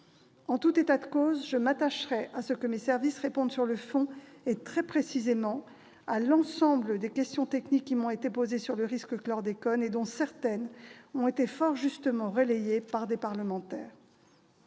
En tout état de cause, je m'attacherai à ce que mes services répondent sur le fond et très précisément à l'ensemble des questions techniques qui m'ont été posées sur le risque chlordécone, dont certaines ont été fort justement relayées par des parlementaires.